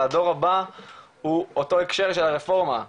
והדור הבא הוא אותו הקשר של הרפורמה.